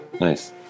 Nice